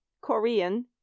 Korean